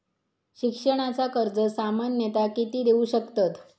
शिक्षणाचा कर्ज सामन्यता किती देऊ शकतत?